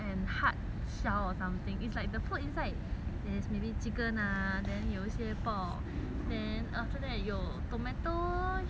the food inside is maybe chicken ah then 有些 pork then after that 有 tomato a bit of 菜 or something then